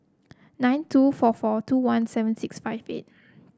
nine two four four two one seven six five eight